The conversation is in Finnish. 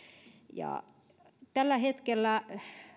tällä hetkellä